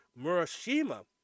Murashima